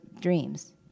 dreams